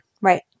Right